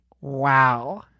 wow